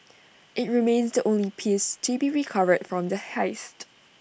IT remains the only piece to be recovered from the heist